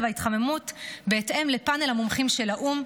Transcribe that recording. ההתחממות בהתאם לפאנל המומחים של האו"ם,